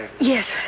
Yes